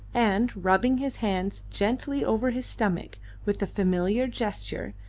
and, rubbing his hands gently over his stomach with a familiar gesture,